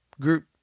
group